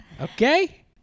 okay